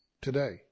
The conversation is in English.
today